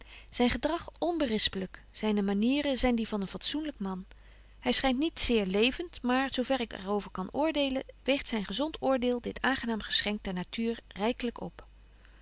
zyn gedrag onberispelyk zyne manieren zyn die van een fatsoenlyk man hy schynt niet zeer levent maar zo ver ik er over kan oordeelen weegt zyn gezont oordeel dit aangenaam geschenk der natuur rykelyk op